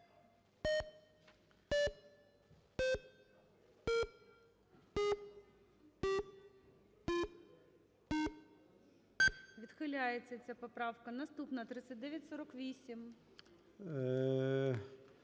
Відхиляється ця поправка. Наступна – 3948.